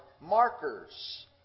markers